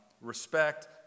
respect